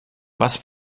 was